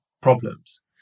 problems